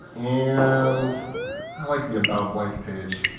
and i like the about blank page.